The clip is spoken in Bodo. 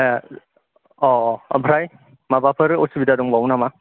ए अ' ओमफ्राय माबाफोर उसुबिदा दंबावो नामा